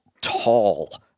tall